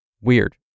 Weird